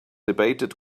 debated